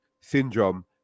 syndrome